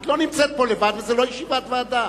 את לא נמצאת פה לבד וזה לא ישיבת ועדה,